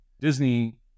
disney